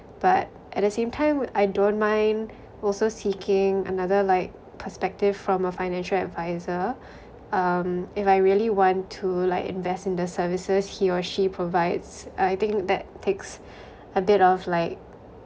but at the same time I don't mind also seeking another like perspective from a financial advisor um if I really want to like invest in the services he or she provides I think that takes a bit of like